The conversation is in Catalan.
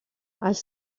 els